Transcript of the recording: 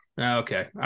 Okay